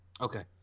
Okay